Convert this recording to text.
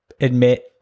admit